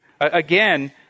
Again